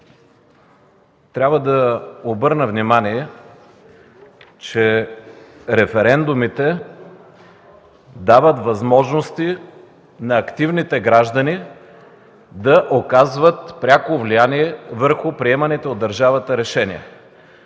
трябва да обърна внимание, че референдумите дават възможности на активните граждани да оказват пряко влияние върху приеманите от държавата решения.